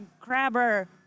crabber